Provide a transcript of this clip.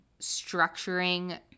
structuring